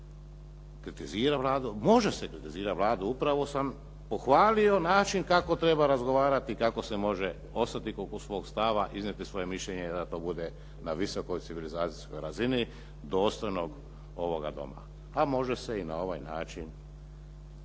kritizira Vladu. Može se kritizirat Vladu. Upravo sam pohvalio način kako treba razgovarati, kako se može ostati kod svog stava, iznijeti svoje mišljenje i da to bude na visokoj civilizacijskoj razini dostojnog ovoga Doma. A može se i na ovaj način,